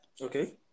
okay